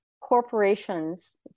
corporations